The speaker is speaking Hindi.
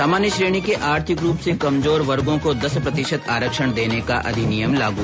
सामान्य श्रेणी के आर्थिक रूप से कमजोर वर्गों को दस प्रतिशत आरक्षण देने का अधिनियम लागू